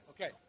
Okay